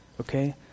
Okay